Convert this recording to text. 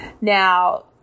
Now